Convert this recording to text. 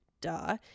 Duh